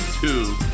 two